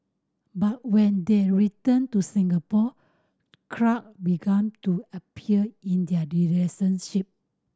but when they returned to Singapore crack began to appear in their relationship